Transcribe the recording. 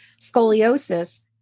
scoliosis